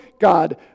God